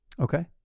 okay